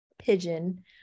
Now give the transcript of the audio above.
pigeon